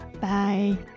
Bye